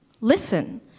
Listen